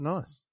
Nice